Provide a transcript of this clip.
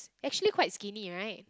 actually quite skinny right